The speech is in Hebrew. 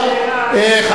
יש תמיכה, הם לא מסכימים?